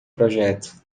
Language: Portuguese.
projeto